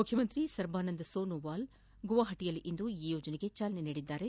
ಮುಖ್ಯಮಂತ್ರಿ ಸರ್ಬಾನಂದ್ ಸೋನಾವಾಲ್ ಗೌಹಾಟಿಯಲ್ಲಿಂದು ಈ ಯೋಜನೆಗೆ ಚಾಲನೆ ನೀಡಿದರು